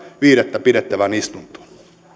viidettä pidettävään istuntoon